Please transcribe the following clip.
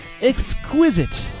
exquisite